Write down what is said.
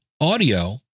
audio